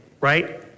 right